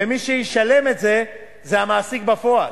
ומי שישלם את זה זה המעסיק בפועל,